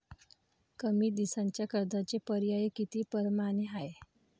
कमी दिसाच्या कर्जाचे पर्याय किती परमाने हाय?